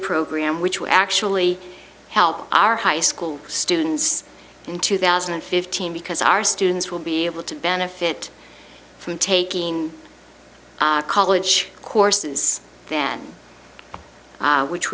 program which will actually help our high school students in two thousand and fifteen because our students will be able to benefit from taking college courses then which